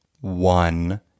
One